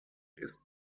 ist